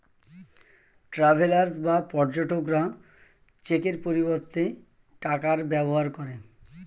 travellers বা পর্যটকরা চেকের পরিবর্তে টাকার ব্যবহার করে